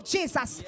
Jesus